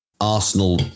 Arsenal